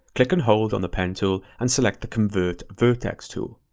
click and hold on the pen tool, and select the convert vertex tool.